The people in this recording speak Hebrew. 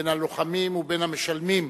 בין הלוחמים ובין המשלמים